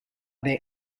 there